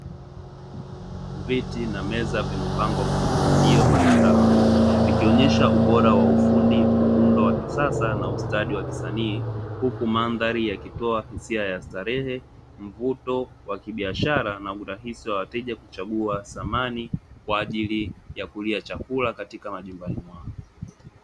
Viti na meza vimepangwa kwa mpangilio maridhawa vikionesha ubora wa ufundi ,muundo wa kisasa na ustadi wa kisanii huku madhari yakitoa hisia ya starehe ,muvuto wa kibiashara na urahisi wa wateja kuchagua samani kwa ajili ya kulia chakula katika majumbani mwao.